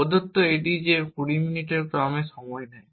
প্রদত্ত এটি যে 20 মিনিটের ক্রমে সময় নেয়